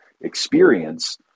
experience